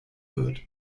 wird